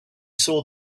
saw